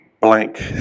blank